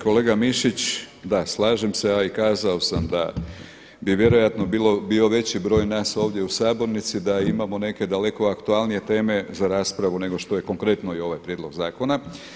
Kolega Mišić, da slažem se a i kazao sam da bi vjerojatno bio veći broj nas ovdje u sabornici da imamo neke daleko aktualnije teme za raspravu nego što je konkretno i ovaj prijedlog zakona.